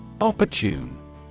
Opportune